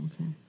okay